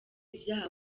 ibyaha